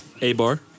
A-Bar